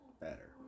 better